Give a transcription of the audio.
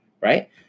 right